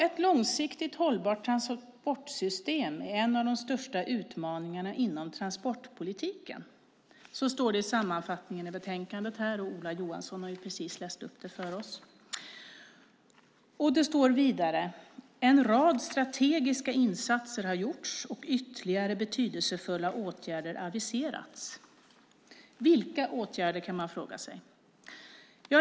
"Ett långsiktigt hållbart transportsystem är en av de största utmaningarna inom transportpolitiken .". Så står det i sammanfattningen i betänkandet som Ola Johansson precis läste upp för oss. Det står vidare att "en rad strategiska insatser har gjorts och att ytterligare betydelsefulla åtgärder aviserats". Vilka åtgärder, kan man fråga sig.